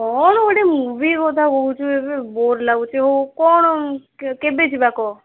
କ'ଣ ଗୋଟେ ମୁଭି କଥା କହୁଛୁ ଏବେ ବୋର୍ ଲାଗୁଛି ହଉ କ'ଣ କେବେ ଯିବା କହ